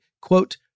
quote